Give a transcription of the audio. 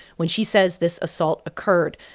when she says this assault occurred.